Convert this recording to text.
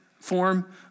form